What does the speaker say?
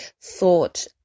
thought